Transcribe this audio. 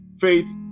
faith